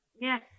Yes